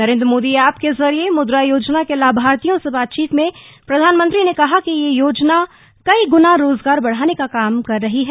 Narendra Modi app के जरिये मुद्रा योजना के लाभार्थियों से बातचीत में प्रधानमंत्री ने कहा कि ये योजना कई गुना रोजगार बढ़ाने का काम कर रही है